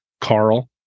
Carl